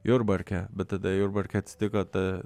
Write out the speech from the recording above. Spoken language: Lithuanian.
jurbarke bet tada jurbarke atsitiko ta